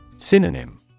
synonym